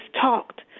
talked